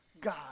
God